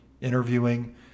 interviewing